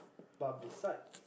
but beside